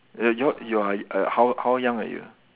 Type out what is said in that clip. err you're you are err how how young are you